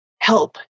help